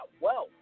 wealth